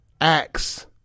acts